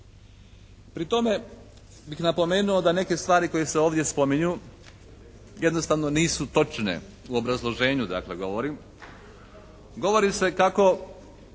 Pri tome bih napomenuo da neke stvari koje se ovdje spominju jednostavno nisu točne, o obrazloženju dakle govorim. Govori se kako